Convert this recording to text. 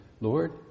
Lord